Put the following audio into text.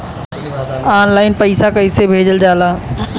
Online पैसा कैसे भेजल जाला?